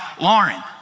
Lauren